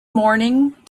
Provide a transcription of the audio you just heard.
morning